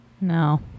no